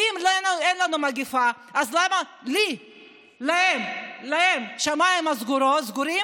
ואם אין מגפה, למה לי ולהם ולכם השמיים סגורים